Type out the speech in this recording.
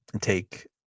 Take